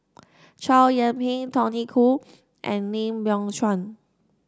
Chow Yian Ping Tony Khoo and Lim Biow Chuan